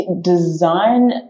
design